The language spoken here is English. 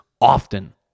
often